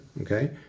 okay